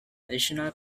additional